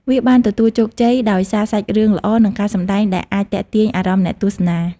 វាបានទទួលជោគជ័យដោយសារសាច់រឿងល្អ និងការសម្ដែងដែលអាចទាក់ទាញអារម្មណ៍អ្នកទស្សនា។